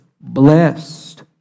blessed